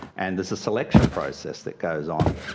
and there's a selection process that goes on.